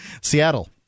Seattle